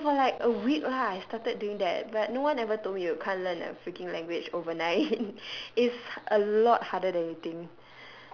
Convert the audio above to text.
so for like a week right I started doing that but no one ever told me you can't learn a freaking language overnight it's a lot harder than you think